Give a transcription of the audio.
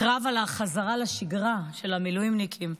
הקרב על החזרה לשגרה של המילואימניקים.